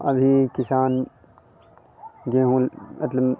अभी किसान गेहूँ मतलब